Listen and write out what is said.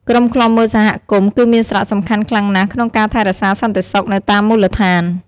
ក្រុមឃ្លាំមើលសហគមន៍ គឺមានសារៈសំខាន់ខ្លាំងណាស់ក្នុងការថែរក្សាសន្តិសុខនៅតាមមូលដ្ឋាន។